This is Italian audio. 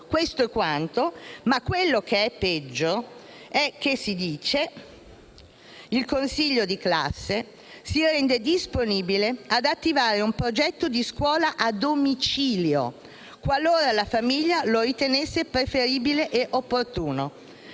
Questo è quanto. Ma quello che è peggio è che si dice: «Il consiglio di classe si rende disponibile ad attivare un progetto di scuola a domicilio, qualora la famiglia lo ritenesse preferibile ed opportuno».